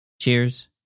Cheers